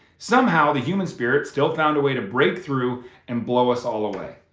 somehow the human spirit still found a way to break through and blow us all away.